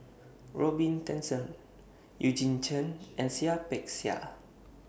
Robin Tessensohn Eugene Chen and Seah Peck Seah